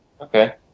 Okay